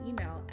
email